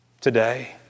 today